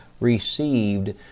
received